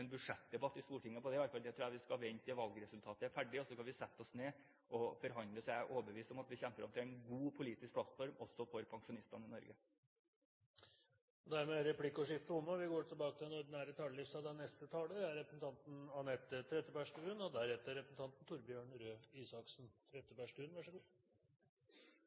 en budsjettdebatt i Stortinget om det i alle fall. Jeg tror vi skal vente til valgresultatet foreligger. Så kan vi sette oss ned og forhandle. Jeg er overbevist om at vi kommer frem til en god politisk plattform også for pensjonistene i Norge. Replikkordskiftet er omme. Mange millioner mennesker i landene rundt oss går